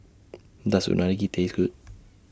Does Unagi Taste Good